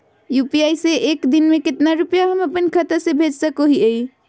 UPI से एक दिन में कितना रुपैया हम अपन खाता से भेज सको हियय?